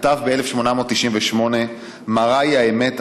כתב ב-1898: "מרה היא האמת,